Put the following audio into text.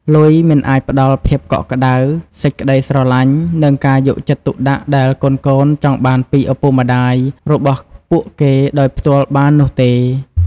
លុយមិនអាចផ្តល់ភាពកក់ក្ដៅ សេចក្ដីស្រឡាញ់ និងការយកចិត្តទុកដាក់ដែលកូនៗចង់បានពីឪពុកម្ដាយរបស់ពួកគេដោយផ្ទាល់បាននោះទេ។